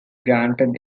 granted